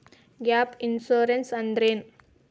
Gap insurance ಅಂದ್ರೇನು?